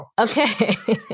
okay